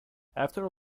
after